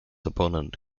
opponent